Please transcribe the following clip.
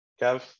Kev